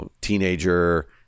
teenager